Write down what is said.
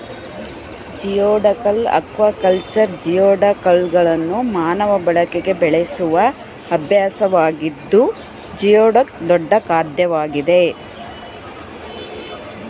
geoduck aquaculture ಜಿಯೋಡಕ್ಗಳನ್ನು ಮಾನವ ಬಳಕೆಗೆ ಬೆಳೆಸುವ ಅಭ್ಯಾಸವಾಗಿದ್ದು ಜಿಯೋಡಕ್ ದೊಡ್ಡ ಖಾದ್ಯವಾಗಿದೆ